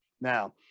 Now